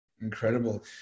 Incredible